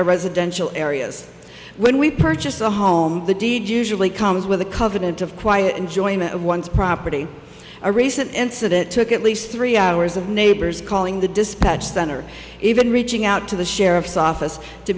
our residential areas when we purchase a home the deed usually comes with a covenant of quiet enjoyment of one's property a recent incident took at least three hours of neighbors calling the dispatch center even reaching out to the sheriff's office to